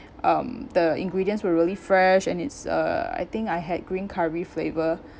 um the ingredients were really fresh and it's uh I think I had green curry flavour